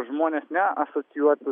žmonės neasocijuotų